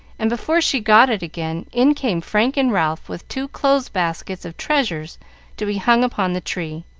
and before she got it again, in came frank and ralph with two clothes-baskets of treasures to be hung upon the tree.